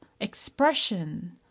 expression